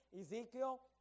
Ezekiel